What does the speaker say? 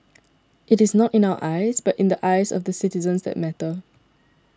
it is not in our eyes but in the eyes of the citizens that matter